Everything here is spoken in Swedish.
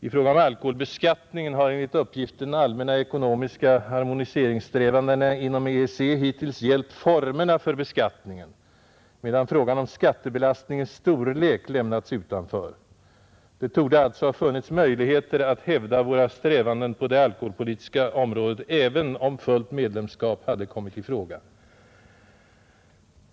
I fråga om alkoholbeskattningen har enligt uppgift de allmänna ekonomiska harmoniseringssträvandena inom EEC hittills gällt formerna för beskattningen, medan frågan om skattebelastningens storlek har lämnats utanför. Det torde alltså ha funnits möjligheter att hävda våra strävanden på det alkoholpolitiska området, även om fullt medlemskap hade kommit i fråga.